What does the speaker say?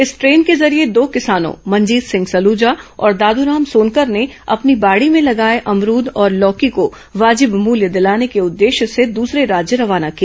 इस ट्रेन के जरिये दो किसानों मनजीत सिंह सलूजा और दादूराम सोनकर ने अपनी बाड़ी में लगाए अमरूद और लौकी को वाजिब मूल्य दिलाने के उद्देश्य से दूसरे राज्य रवाना किया